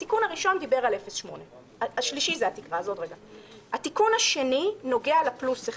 התיקון הראשון דיבר על 0.8. התיקון השני נוגע לפלוס אחד.